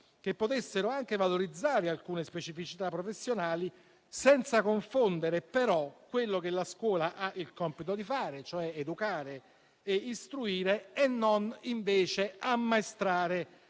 che potessero anche valorizzare alcune specificità professionali, senza confondere però quello che la scuola ha il compito di fare, cioè educare e istruire e non invece ammaestrare